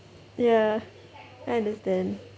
ya I understand